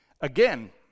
Again